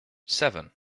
seven